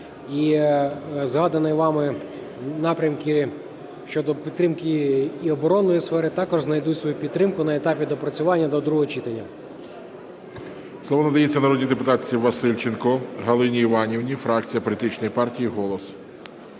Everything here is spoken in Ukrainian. і згадані вами напрямки щодо підтримки і оборонної сфери також знайдуть свою підтримку на етапі доопрацювання до другого читання. ГОЛОВУЮЧИЙ. Слово надається народній депутатці Васильченко Галині Іванівни, фракція політичної партії "Голос".